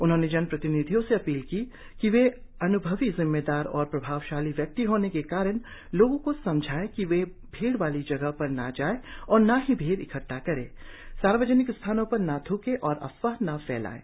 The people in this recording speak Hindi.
उन्होंने जनप्रतिनिधियों से अपील की कि वे अनुभवी जिम्मेदार और प्रभावशाली व्यक्ती होने के कारण लोगों को समझाएं कि वे भीड़वाली जगहों पर न जाए और ना ही भीड़ इकद्वा करें सार्वजनिक स्थानों पर न थ्कें और अफवाह न फैलाएं